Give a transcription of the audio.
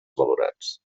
valorats